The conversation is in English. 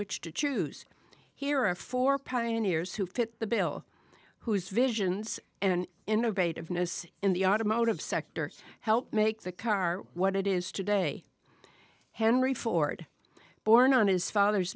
which to choose here and for pioneers who fit the bill whose visions and innovative mists in the automotive sector helped make the car what it is today henry ford born on his father's